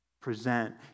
present